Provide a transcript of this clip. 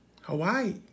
Hawaii